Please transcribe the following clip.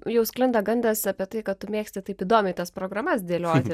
jau sklinda gandas apie tai kad tu mėgsti taip įdomiai tas programas dėlioti